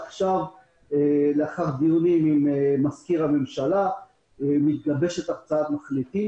לאחר דיונים עם מזכיר הממשלה מתגבשת הצעת מחליטים